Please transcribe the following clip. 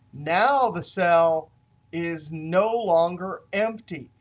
now the cell is no longer empty.